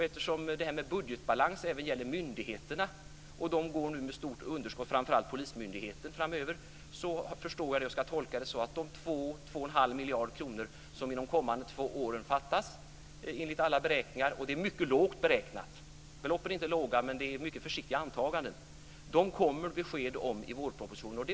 Eftersom det här med budgetbalans även gäller myndigheterna - de går nu med underskott, framför allt polismyndigheten framöver - förstår jag att jag ska tolka det så att de 2 2 1⁄2 miljarder kronor som under de kommande två åren fattas enligt alla beräkningar - det är mycket lågt beräknat; beloppen är inte låga, men det är mycket försiktiga antaganden - kommer det besked om i vårpropositionen.